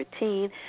13